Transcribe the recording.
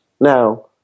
Now